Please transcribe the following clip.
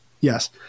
Yes